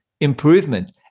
improvement